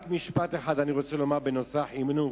רק משפט אחד אני רוצה לומר בנושא החינוך,